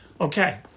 Okay